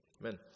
amen